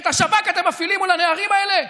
את השב"כ אתם מפעילים מול הנערים האלה?